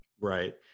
Right